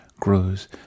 grows